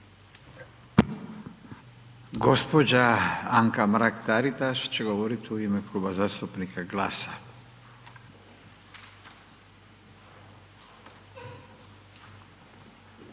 Gđa. Anka Mrak Taritaš će govoriti u ime Kluba zastupnika GLAS-a.